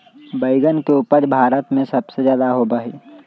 बैंगन के उपज भारत में सबसे ज्यादा होबा हई